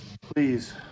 please